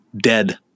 dead